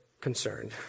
concerned